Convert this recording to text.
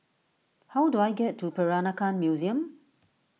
how do I get to Peranakan Museum